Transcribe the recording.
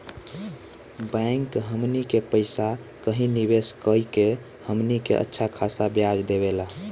bank हमनी के पइसा कही निवेस कऽ के हमनी के अच्छा खासा ब्याज देवेला